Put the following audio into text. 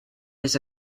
his